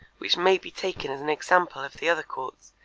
which may be taken as an example of the other courts,